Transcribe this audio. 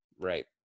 right